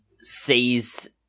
sees